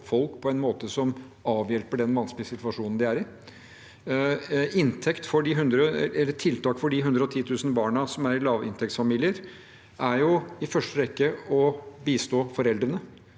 folk på en måte som avhjelper den vanskelige situasjonen de er i. Tiltak for de 110 000 barna som er i lavinntektsfamilier, er i første rekke å bistå foreldrene